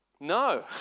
No